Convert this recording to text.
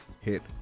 hit